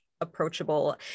approachable